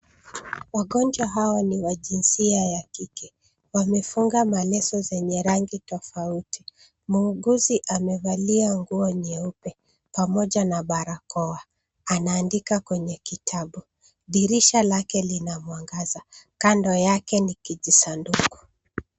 Wagonjwa hawa ni wa jinsia ya kike, wamefunga maleso zenye rangi tofauti. Muuguzi amevalia nguo nyeupe pamoja na barakoa. Anaandika kwenye kitabu. Dirisha lake lina mwangaza. Kando yake ni kijisanduku.